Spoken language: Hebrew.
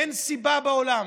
אין סיבה בעולם